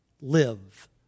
live